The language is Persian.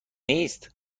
نیست